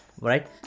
right